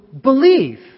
believe